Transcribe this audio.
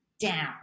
down